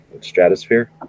stratosphere